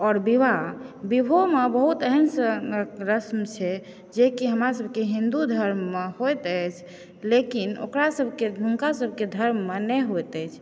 और विवाह विवाहोमे बहुत एहन रस्म छै जेकि हमरा सभके हिन्दु धर्ममे होइत अछि लेकिन ओकरा सभकेँ हुनका सभकेँ धर्ममे नहि होइत अछि